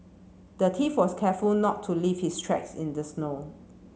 the thief was careful not to leave his tracks in the snow